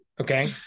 Okay